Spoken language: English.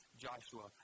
Joshua